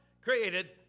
created